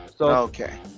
Okay